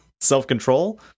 self-control